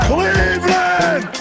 Cleveland